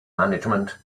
management